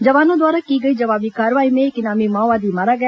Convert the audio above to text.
जवानों द्वारा की गई जवाबी कार्रवाई में एक इनामी माओवादी मारा गया